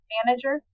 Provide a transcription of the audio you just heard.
Manager